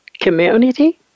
community